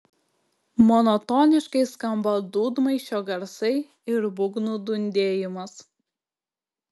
monotoniškai skamba dūdmaišio garsai ir būgnų dundėjimas